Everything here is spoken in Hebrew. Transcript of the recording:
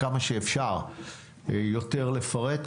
כמה שאפשר יותר לפרט,